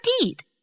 repeat